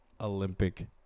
Olympic